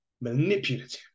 manipulative